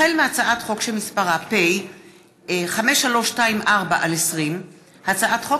החל בהצעת חוק שמספרה פ/5324/20 וכלה בהצעת חוק